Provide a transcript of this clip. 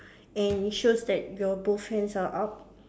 and it shows that your both hands are up